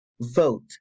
vote